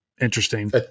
interesting